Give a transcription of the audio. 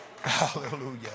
Hallelujah